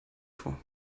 vor